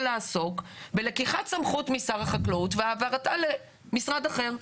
לעסוק בלקיחת סמכות משר החקלאות והעברתה למשרד אחר.